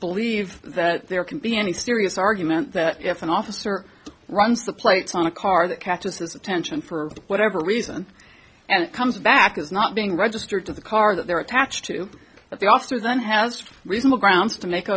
believe that there can be any serious argument that if an officer runs the plates on a car that catches his attention for whatever reason and comes back as not being registered to the car that they're attached to that the officer then has reasonable grounds to make